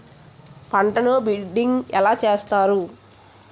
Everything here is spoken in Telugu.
పంటను బిడ్డింగ్ ఎలా చేస్తారు?